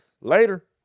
Later